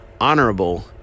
honorable